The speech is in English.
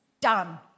Done